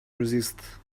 resist